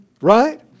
Right